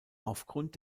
aufgrund